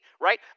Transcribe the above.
right